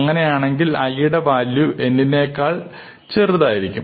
അങ്ങനെയാണെങ്കിൽ i യുടെ value n നേക്കാൾ ചെറുതായിരിക്കും